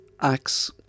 acts